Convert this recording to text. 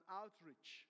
outreach